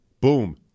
Boom